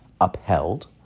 upheld